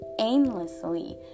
aimlessly